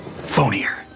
Phonier